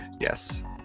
Yes